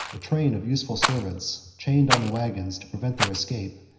a train of useful servants, chained on the wagons to prevent their escape,